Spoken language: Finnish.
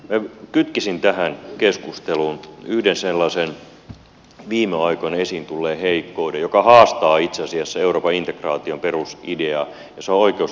minä kytkisin tähän keskusteluun yhden sellaisen viime aikoina esiin tulleen heikkouden joka haastaa itse asiassa euroopan integraation perusideaa ja se on oikeusvaltiokehityksen haastaminen